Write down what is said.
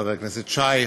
חבר הכנסת שי,